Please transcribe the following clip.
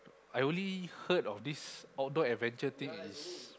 I only heard of this Outdoor Adventure thing is